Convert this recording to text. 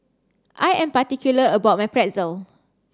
I am particular about my Pretzel